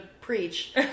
preach